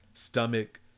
stomach